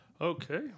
Okay